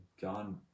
John